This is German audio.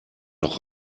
noch